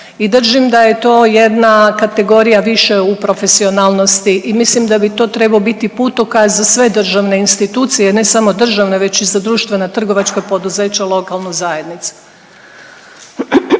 i držim da je to jedna kategorija više u profesionalnosti i mislim da bi to trebao biti putokaz za sve državne institucije, ne samo državne, već i za društvena trgovačka poduzeća u lokalnoj zajednici.